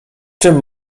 czym